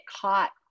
caught